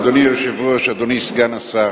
אדוני היושב-ראש, אדוני סגן השר,